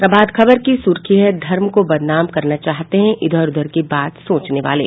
प्रभात खबर की सुर्खी है धर्म को बदनाम करना चाहते हैं इधर उधर की बात सोचने वाले